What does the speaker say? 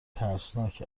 ترسناک